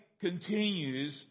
continues